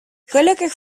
gelukkig